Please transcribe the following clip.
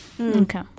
Okay